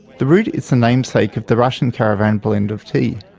the route is the namesake of the russian caravan blend of tea.